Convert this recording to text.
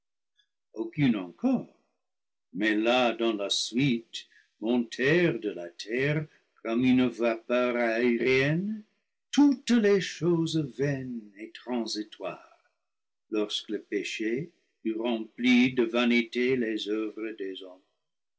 aucune encore mais là dans la suite montèrent de la terre comme une vapeur aérienne toutes les choses vaines et transitoires lorsque le péché eut rempli de vanité les oeuvres des hommes